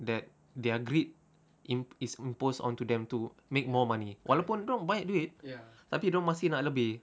that their greed in~ is imposed onto them to make more money walaupun dorang banyak duit tapi dorang masih nak lebih